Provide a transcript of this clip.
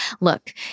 Look